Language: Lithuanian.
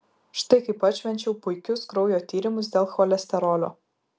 štai kaip atšvenčiau puikius kraujo tyrimus dėl cholesterolio